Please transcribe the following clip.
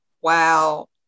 Wow